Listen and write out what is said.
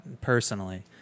personally